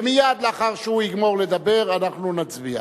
ומייד לאחר שהוא יגמור לדבר אנחנו נצביע.